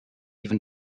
even